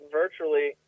virtually